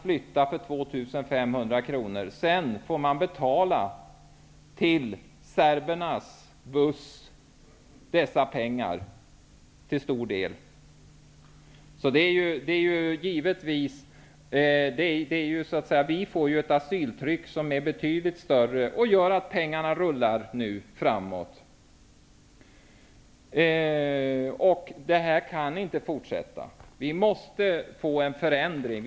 För 2 500 kr tvingas invånarna att flytta. Sedan får de betala en stor del av dessa pengar för bussresor som serberna arrangerar. Asyltrycket här blir då betydligt större, vilket medför att pengarna rullar. Det här kan inte fortsätta. Det måste till stånd en förändring.